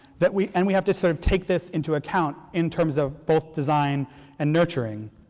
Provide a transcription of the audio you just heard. that we and we have to sort of take this into account in terms of both designs and nurturing.